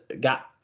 got